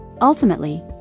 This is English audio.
Ultimately